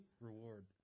Reward